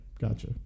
Gotcha